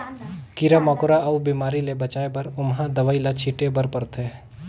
कीरा मकोरा अउ बेमारी ले बचाए बर ओमहा दवई ल छिटे बर परथे